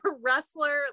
wrestler